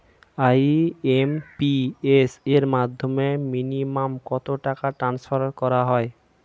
IMPS এর মাধ্যমে minimum কত টাকা ট্রান্সফার করা যায়?